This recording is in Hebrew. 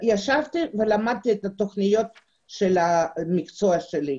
ישבתי ולמדתי את תוכניות המקצוע שלי.